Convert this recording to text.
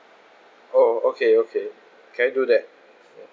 oh okay okay can I do that